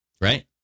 Right